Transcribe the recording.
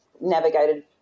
navigated